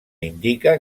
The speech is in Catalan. indica